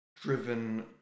driven